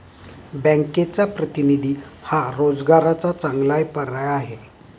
बँकचा प्रतिनिधी हा रोजगाराचा चांगला पर्याय आहे